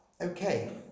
okay